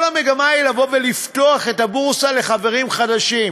כל המגמה היא לבוא ולפתוח את הבורסה לחברים חדשים.